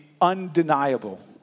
undeniable